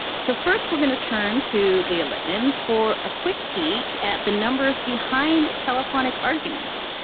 so first, we're going to turn to leah lippman for a quick peek at the numbers behind telephonic arguments.